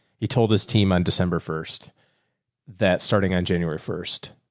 he told his team on december first that starting on january first.